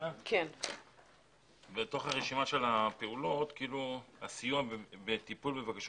בתוך הרשימה של הפעולות הסיוע בטיפול בבקשות